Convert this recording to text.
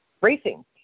racing